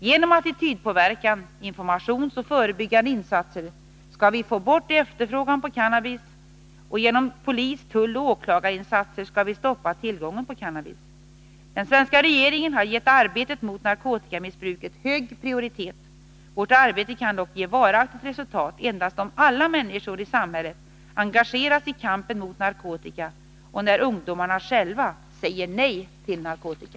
Genom attitydpåverkan, informationsoch förebyggande insatser skall vi få bort efterfrågan på cannabis, och genom polis-, tulloch åklagarinsatser skall vi stoppa tillgången på cannabis. Den svenska regeringen har gett arbetet mot narkotikamissbruket hög prioritet. Vårt arbete kan dock ge varaktigt resultat endast om alla människor i samhället engageras i kampen mot narkotika och när ungdomarna själva säger nej till narkotika.